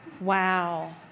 Wow